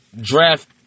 draft